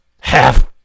half